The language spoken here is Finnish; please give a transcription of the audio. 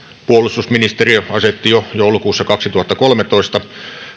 puolustusministeriö asetti jo joulukuussa kaksituhattakolmetoista